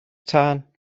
tân